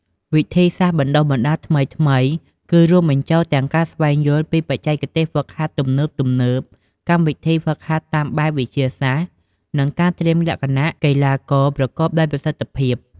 វិធីសាស្ត្របណ្តុះបណ្តាលថ្មីៗគឺរួមបញ្ចូលទាំងការស្វែងយល់ពី បច្ចេកទេសហ្វឹកហាត់ទំនើបៗ កម្មវិធីហ្វឹកហាត់តាមបែបវិទ្យាសាស្ត្រ និងការត្រៀមលក្ខណៈកីឡាករប្រកបដោយប្រសិទ្ធភាព។